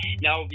Now